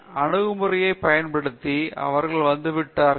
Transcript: அந்த அணுகுமுறையைப் பயன்படுத்தி அவர்கள் வந்துவிட்டார்கள்